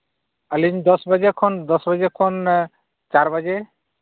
ᱟᱹᱞᱤᱧ ᱫᱚᱥ ᱵᱟᱡᱮ ᱠᱷᱚᱱ ᱫᱚᱥ ᱵᱟᱡᱮ ᱠᱷᱚᱱ ᱪᱟᱨ ᱵᱟᱡᱮ